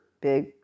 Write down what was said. big